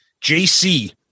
JC